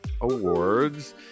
awards